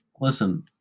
listen